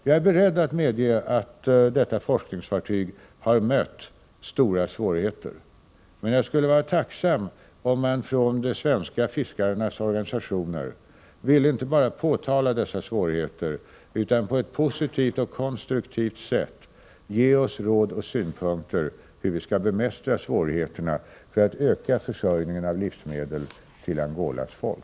Jag är beredd att medge att detta forskningsfartyg har mött stora svårigheter, men jag skulle vara tacksam om man från de svenska fiskarnas organisationer ville inte bara påtala dessa svårigheter utan på ett positivt och konstruktivt sätt ge oss råd och synpunkter i fråga om hur vi skall bemästra svårigheterna för att öka försörjningen av livsmedel till Angolas folk.